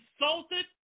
insulted